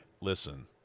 listen